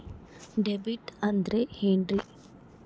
DBT ಅಂದ್ರ ಏನ್ರಿ?